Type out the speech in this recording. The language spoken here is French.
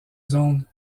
zone